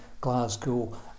Glasgow